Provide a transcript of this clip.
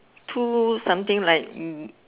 two something like